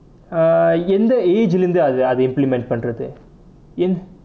err எந்த:entha age leh இருந்து அதை அதை:irunthu athai athai implement பண்ணுறது:pannurathu